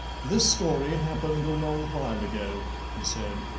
this story happened a long while ago, he said,